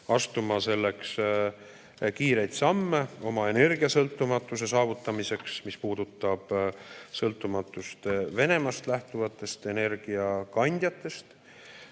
astuma kiireid samme oma energiasõltumatuse saavutamiseks, mis puudutab sõltumatust Venemaast lähtuvatest energiakandjatest,